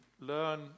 learn